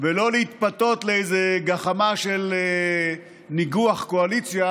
ולא להתפתות לאיזו גחמה של ניגוח קואליציה